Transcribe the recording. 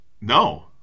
No